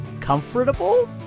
comfortable